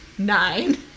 nine